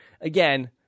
again